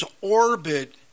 orbit